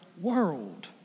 world